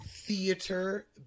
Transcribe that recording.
theater